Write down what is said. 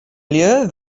lju